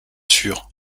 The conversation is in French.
sûr